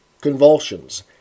convulsions